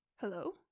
Hello